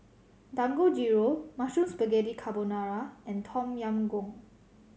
Dangojiru Mushroom Spaghetti Carbonara and Tom Yam Goong